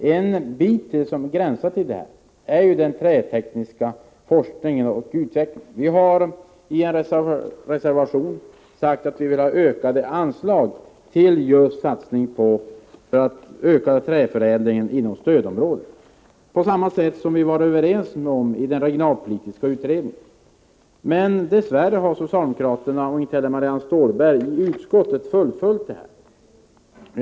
Det är en bit som gränsar till den trätekniska forskningen och utvecklingen. Vi har i en reservation begärt anslag till just satsning för att öka träförädlingen inom stödområdet på det sätt som vi var överens om i den regionalpolitiska utredningen. Men dess värre har inte socialdemokraterna och inte heller Marianne Stålberg i utskottet fullföljt planerna på detta område.